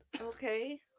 Okay